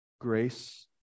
grace